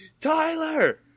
Tyler